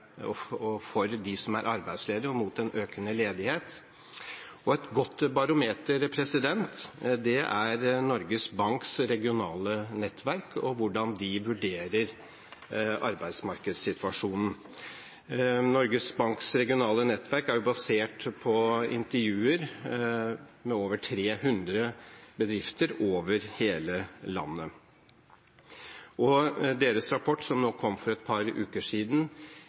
Et godt barometer er Norges Banks regionale nettverk og hvordan de vurderer arbeidsmarkedssituasjonen. Norges Banks regionale nettverk er basert på intervjuer med over 300 bedrifter over hele landet. Deres rapport, som kom for et par uker siden,